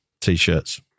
t-shirts